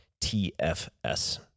TFS